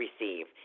receive